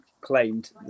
claimed